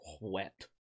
wet